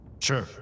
Sure